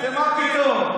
אתם: מה פתאום?